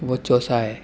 وہ چوسا ہے